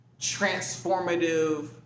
transformative